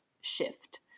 shift